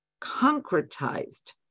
concretized